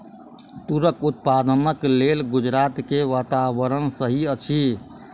तूरक उत्पादनक लेल गुजरात के वातावरण सही अछि